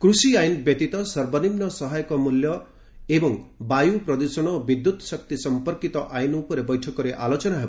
କୃଷି ଆଇନ ବ୍ୟତୀତ ସର୍ବନିମ୍ନ ସହାୟକ ମୂଲ୍ୟ ଏବଂ ବାୟୁ ପ୍ରଦ୍ଷଣ ଓ ବିଦ୍ୟୁତ୍ ଶକ୍ତି ସମ୍ପର୍କିତ ଆଇନ ଉପରେ ବୈଠକରେ ଆଲୋଚନା ହେବ